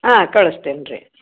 ಹಾಂ ಕಳ್ಸ್ತೀನಿ ರೀ